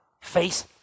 face